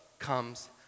comes